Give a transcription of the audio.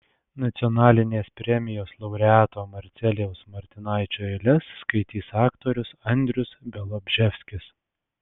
nacionalinės premijos laureato marcelijaus martinaičio eiles skaitys aktorius andrius bialobžeskis